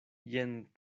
jen